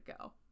go